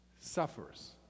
Suffers